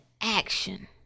action